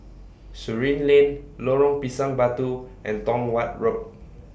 Surin Lane Lorong Pisang Batu and Tong Watt Road